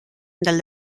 del